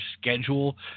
schedule